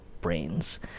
brains